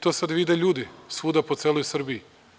To sada vide ljudi svuda po celoj Srbiji.